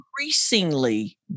increasingly